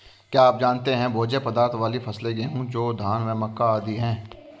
क्या आप जानते है भोज्य पदार्थ वाली फसलें गेहूँ, जौ, धान व मक्का आदि है?